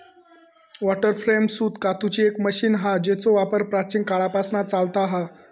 water frame सूत कातूची एक मशीन हा जेचो वापर प्राचीन काळापासना चालता हा